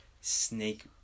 snake